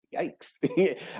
yikes